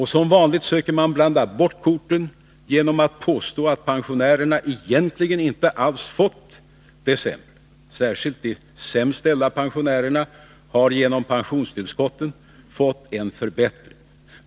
Som vanligt söker man blanda bort korten genom att påstå att pensionärerna egentligen inte alls har fått det sämre och att särskilt de sämst ställda pensionärerna genom pensionstillskotten har fått en förbättring.